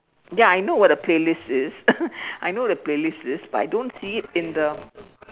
ya I know what a playlist is I know the playlist is but I don't see it in the